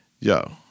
Yo